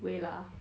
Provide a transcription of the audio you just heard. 微辣